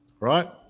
Right